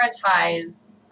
prioritize